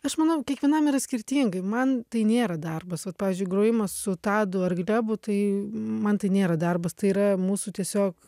aš manau kiekvienam yra skirtingai man tai nėra darbas vat pavyzdžiui grojimas su tadu ar glebu tai man tai nėra darbas tai yra mūsų tiesiog